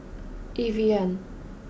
Evian